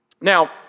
Now